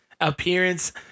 appearance